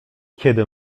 kiedy